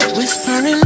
Whispering